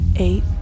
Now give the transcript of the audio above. eight